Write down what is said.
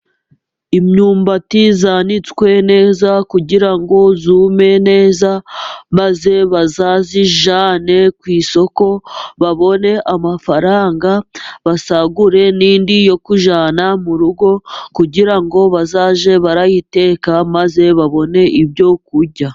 Imyumbati yanitswe neza kugira ngo yume neza, maze bazayijyane ku isoko babone amafaranga, basagure n'indi yo kujyana mu rugo kugira ngo bazajye bayiteka, maze babone ibyo kurya.